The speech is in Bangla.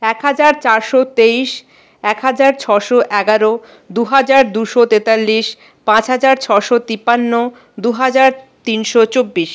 এক হাজার চারশো তেইশ এক হাজার ছশো এগারো দু হাজার দুশো তেতাল্লিশ পাঁচ হাজার ছশো তিপান্ন দু হাজার তিনশো চব্বিশ